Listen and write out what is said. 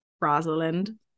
rosalind